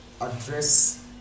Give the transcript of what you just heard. address